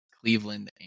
Cleveland